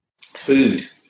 Food